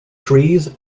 trees